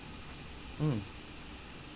hmm